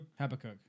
Habakkuk